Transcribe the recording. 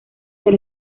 del